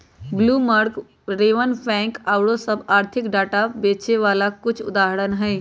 Bloomberg, RavenPack आउरो सभ आर्थिक डाटा बेचे बला के कुछ उदाहरण हइ